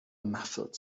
muffled